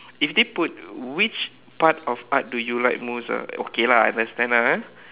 if they put which part of art do you like most ah okay lah I understand lah ah